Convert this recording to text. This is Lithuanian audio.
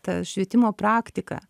ta švietimo praktika